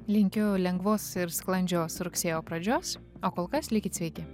linkiu lengvos ir sklandžios rugsėjo pradžios o kol kas likit sveiki